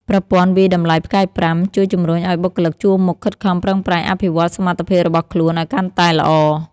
ប្រព័ន្ធវាយតម្លៃផ្កាយប្រាំ ជួយជម្រុញឱ្យបុគ្គលិកជួរមុខខិតខំប្រឹងប្រែងអភិវឌ្ឍសមត្ថភាពរបស់ខ្លួនឱ្យកាន់តែល្អ។